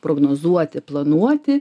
prognozuoti planuoti